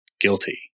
guilty